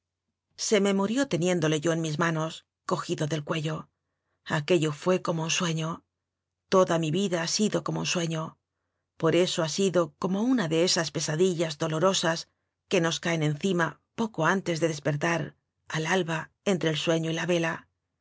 se me murió teniéndole yo en mis ma nos cojido del cuello aquello fué como un sueño toda mi vida ha sido como un sueño por eso ha sido como una de esas pesadillas dolorosas que nos caen encima poco antes de despertar al alba entre el sueño y la vela